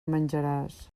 menjaràs